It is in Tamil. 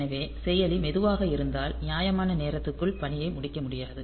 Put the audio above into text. எனவே செயலி மெதுவாக இருந்தால் நியாயமான நேரத்திற்குள் பணியை முடிக்க முடியாது